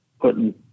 putting